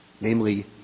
Namely